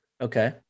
Okay